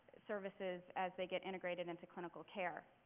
services as they get integrated into clinical care.